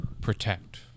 protect